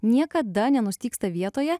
niekada nenustygsta vietoje